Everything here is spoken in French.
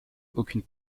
aucune